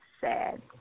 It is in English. sad